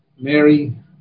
Mary